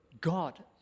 God